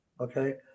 Okay